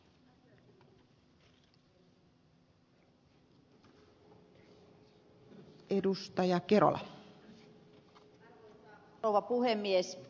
arvoisa rouva puhemies